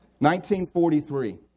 1943